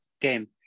game